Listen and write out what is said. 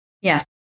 Yes